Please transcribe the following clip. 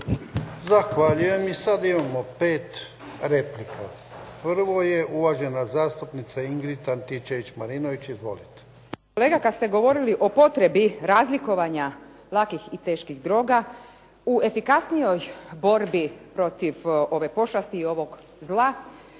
Zahvaljujem. I sad imamo pet replika. Prvo je uvažena zastupnica Ingrid Antičević Marinović. Izvolite. **Antičević Marinović, Ingrid (SDP)** Kolega, kad ste govorili o potrebi razlikovanja lakih i teških droga, u efikasnijoj borbi protiv ove pošasti i ovog zla,